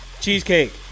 Cheesecake